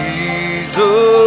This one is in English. Jesus